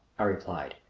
i replied.